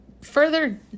further